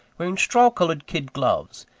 wearing straw-coloured kid gloves,